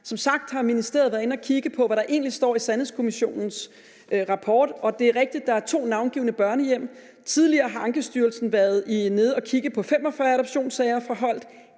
Som sagt har ministeriet været inde at kigge på, hvad der egentlig står i Sandhedskommissionens rapport, og det er rigtigt, at der er to navngivne børnehjem. Tidligere har Ankestyrelsen været nede at kigge på 45 adoptionssager fra Holt,